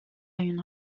une